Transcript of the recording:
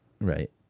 right